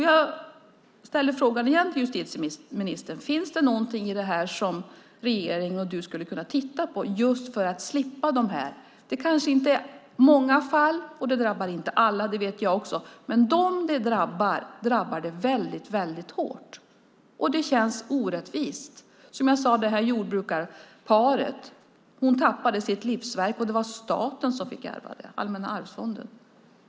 Jag ställer frågan igen till justitieministern: Finns det någonting som regeringen och du skulle kunna göra? Det kanske inte handlar om så många fall, och att problemet inte drabbar alla vet jag också. Men dem som det drabbar, drabbar det väldigt hårt. Och det känns orättvist. Jag nämnde jordbrukarparet där kvinnan tappade sitt livsverk. Det var staten som fick ärva - Allmänna arvsfonden.